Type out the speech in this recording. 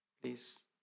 please